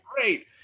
Great